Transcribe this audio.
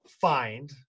find